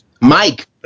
Mike